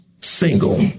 single